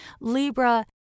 Libra